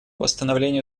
восстановлению